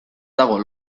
dago